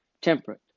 temperate